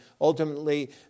ultimately